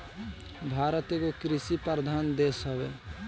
भारत एगो कृषि प्रधान देश हवे